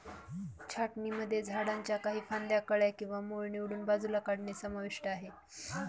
छाटणीमध्ये झाडांच्या काही फांद्या, कळ्या किंवा मूळ निवडून बाजूला काढणे समाविष्ट आहे